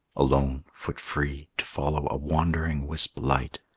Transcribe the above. alone, foot-free, to follow a wandering wisp-light.